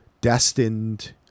destined